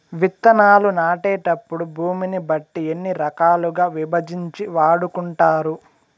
విత్తనాలు నాటేటప్పుడు భూమిని బట్టి ఎన్ని రకాలుగా విభజించి వాడుకుంటారు?